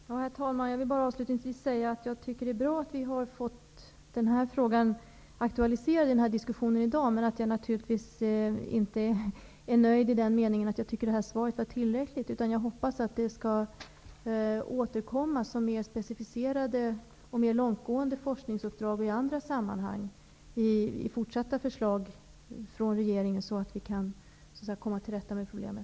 Herr talman! Jag vill avslutningsvis säga att jag tycker att det är bra att vi i dag har fått den här frågan aktualiserad, men jag är naturligtvis inte nöjd i den meningen att jag tycker att svaret är tillräckligt. Jag hoppas att regeringen återkommer med förslag om mer specificerade och mer långtgående forskningsuppdrag, så att vi kan komma till rätta med problemet.